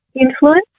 influence